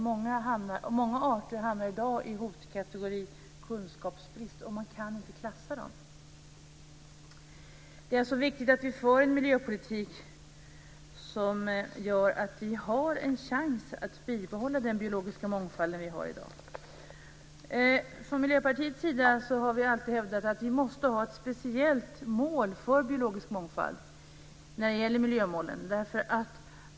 Många arter hamnar i dag i hotkategorin "kunskapsbrist", och man kan inte klassa dem. Det är viktigt att vi för en miljöpolitik som gör att vi har en chans att bibehålla den biologiska mångfald vi har i dag. Från Miljöpartiets sida har vi alltid hävdat att vi måste ha ett speciellt mål för biologisk mångfald för miljömålen.